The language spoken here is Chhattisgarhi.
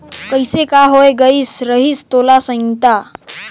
कइसे का होए गये रहिस तोला संगता